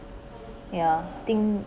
ya think